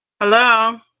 Hello